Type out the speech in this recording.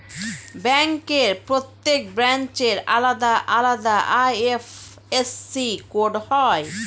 ব্যাংকের প্রত্যেক ব্রাঞ্চের আলাদা আলাদা আই.এফ.এস.সি কোড হয়